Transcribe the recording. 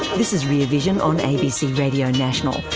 this is rear vision on abc radio national,